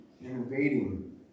invading